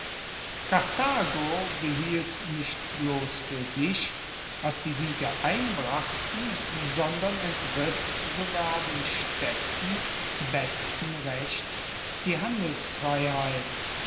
behielt nicht bloss fuer sich was die siege einbrachten sondern entriss sogar den staedten besten rechts die